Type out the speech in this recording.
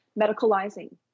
medicalizing